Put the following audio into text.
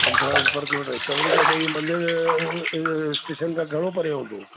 पंद्रहं रुपये पर किलोमीटर चंद्रीका देवीअ ए मंदिर इहो स्टेशन खां घणो परे हूंदो